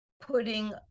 putting